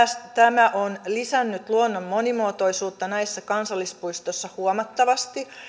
tämä on lisännyt luonnon monimuotoisuutta näissä kansallispuistoissa huomattavasti